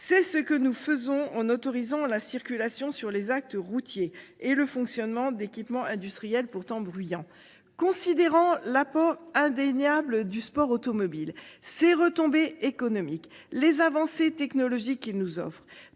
C'est ce que nous faisons en autorisant la circulation sur les actes routiers et le fonctionnement d'équipements industriels pourtant bruyants. Considérant l'apport indéniable du sport automobile, ses retombées économiques, les avancées technologiques qu'il nous offre,